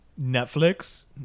Netflix